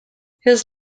his